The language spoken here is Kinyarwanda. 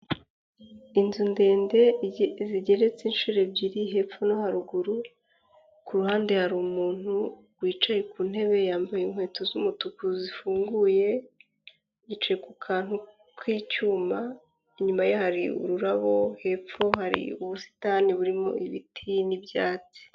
Inzu ndende zigeretse inshuro ebyiri hepfo no haruguru, ku ruhande hari umuntu wicaye ku ntebe yambaye inkweto z'umutuku zifunguye, yicaye ku kantu k'icyuma, inyuma ye hari ururabo, hepfo hari ubusitani burimo ibiti n'ibyatsi.